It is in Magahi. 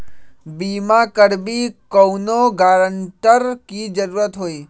बिमा करबी कैउनो गारंटर की जरूरत होई?